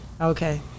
Okay